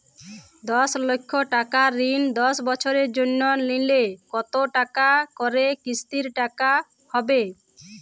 দশ লক্ষ টাকার ঋণ দশ বছরের জন্য নিলে কতো টাকা করে কিস্তির টাকা হবে?